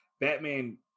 batman